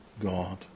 God